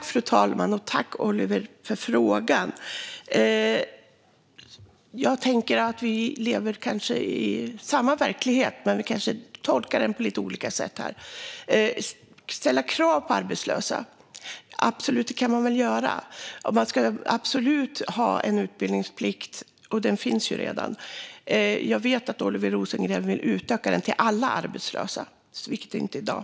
Fru talman! Tack, Oliver, för frågan! Vi lever i samma verklighet, men vi kanske tolkar den på lite olika sätt. Man kan absolut ställa krav på arbetslösa. Man ska absolut ha en utbildningsplikt, och den finns ju redan. Jag vet att Oliver Rosengren vill utöka den till att gälla alla arbetslösa - det gör den inte i dag.